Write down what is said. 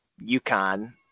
UConn